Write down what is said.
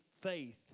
faith